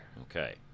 Okay